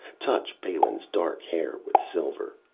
touch balin's dark hair with silver.